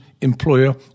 employer